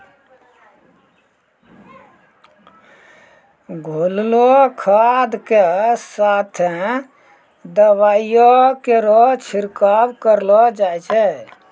घोललो खाद क साथें दवाइयो केरो छिड़काव करलो जाय छै?